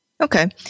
Okay